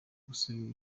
gusubira